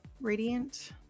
radiant